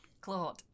Claude